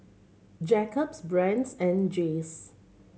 Jacob's Brand's and Jays